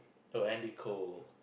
oh Andy-Cole